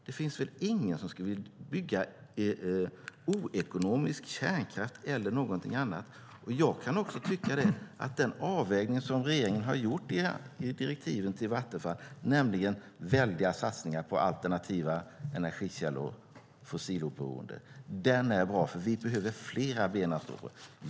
Det finns väl ingen som skulle bygga oekonomisk kärnkraft eller någonting annat. Jag kan tycka att den avvägning som regeringen har gjort i direktiven till Vattenfall, nämligen väldiga satsningar på alternativa energikällor, fossiloberoende, är bra. Vi behöver flera ben att stå på.